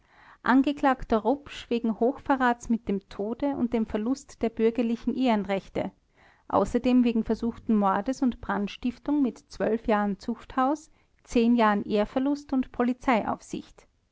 angeklagter rupsch wegen hochverrats mit dem tode und dem verlust der bürgerlichen ehrenrechte außerdem wegen versuchten mordes und brandstiftung mit jahren zuchthaus jahren ehrverlust und